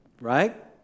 Right